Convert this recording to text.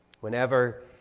Whenever